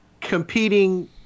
competing